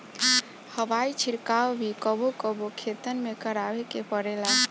हवाई छिड़काव भी कबो कबो खेतन में करावे के पड़ेला